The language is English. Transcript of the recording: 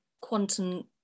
quantum